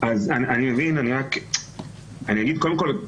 אני מבין ואני אגיד שקודם כל,